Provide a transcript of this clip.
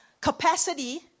capacity